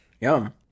Yum